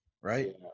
right